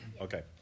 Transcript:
Okay